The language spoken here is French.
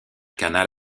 canal